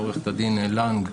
עו"ד לנג,